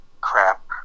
Crap